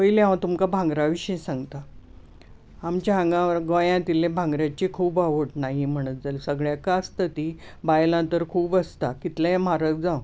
पयलें हांव तुमकां भांगरा विशीं सांगतां आमच्या हांगा गोंयात इल्ली भांगराची खूब आवड नायी म्हणत जाल्यार सगळ्यांक आसता ती बायलांक तर खूब आसता कितलेंय म्हारग जावं